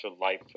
life